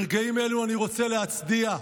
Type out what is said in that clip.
ברגעים אלו אני רוצה להצדיע לכם,